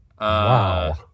Wow